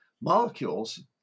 molecules